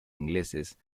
ingleses